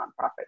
nonprofit